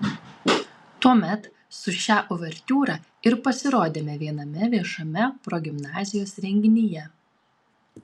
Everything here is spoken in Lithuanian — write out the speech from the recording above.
tuomet su šia uvertiūra ir pasirodėme viename viešame progimnazijos renginyje